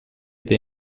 they